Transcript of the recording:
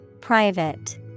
Private